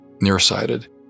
nearsighted